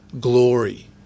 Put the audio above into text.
glory